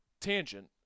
tangent